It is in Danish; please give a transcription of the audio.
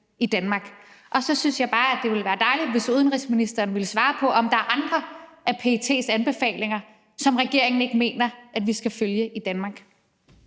Så synes jeg bare, at det ville være dejligt, hvis udenrigsministeren ville svare på, om der er andre af PET's anbefalinger, som regeringen ikke mener at vi skal følge i Danmark.